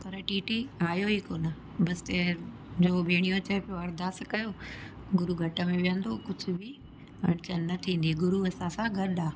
पर टीटी आहियो ई कोन बसि त मुंहिंजो भेणियो चए पियो अरदास कयो गुरू घटि में वेहंदो कुझ बि पर अड़चन न थींदी गुरू असां सां गॾु आहे